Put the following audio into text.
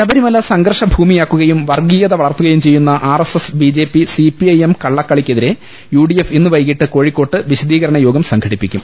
ശബരിമല സംഘർഷ ഭൂമിയാക്കുകയും വർഗീയത വളർത്തു കയും ചെയ്യുന്ന ആർഎസ്എസ് ബിജെപി സിപിഐഎം കള ളക്കളിക്കെതിരെ യുഡിഎഫ് ഇന്ന് വൈകിട്ട് കോഴിക്കോട്ട് വിശ ദീകരണയോഗം സംഘടിപ്പിക്കും